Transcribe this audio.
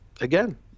again